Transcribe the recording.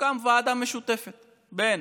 שתוקם ועדה משותפת בין